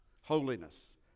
holiness